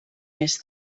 més